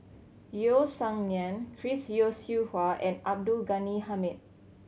Yeo Song Nian Chris Yeo Siew Hua and Abdul Ghani Hamid